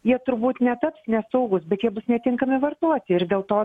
jie turbūt netaps nesaugūs bet jie bus netinkami vartoti ir dėl to